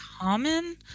common